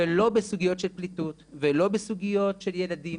ולא בסוגיות של פליטות ולא בסוגיות של ילדים,